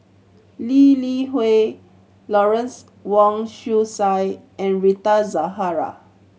Lee Li Hui Lawrence Wong Shyun Tsai and Rita Zahara